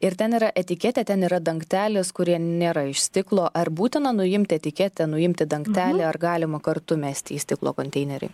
ir ten yra etiketė ten yra dangtelis kurie nėra iš stiklo ar būtina nuimti etiketę nuimti dangtelį ar galima kartu mesti į stiklo konteinerį